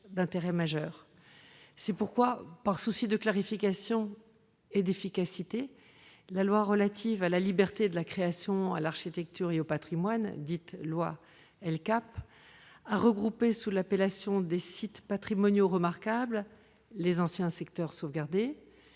C'est pourquoi, par souci de clarification et d'efficacité, la loi relative à la liberté de la création, à l'architecture et au patrimoine, dite « loi LCAP », a regroupé sous l'appellation de « sites patrimoniaux remarquables » les anciens « secteurs sauvegardés